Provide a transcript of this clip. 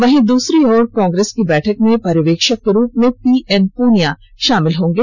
वहीं दूसरी ओर कांग्रेस की बैठक में पर्यवेक्षक के रूप में पीएन पुनिया शामिल होंगे